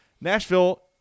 nashville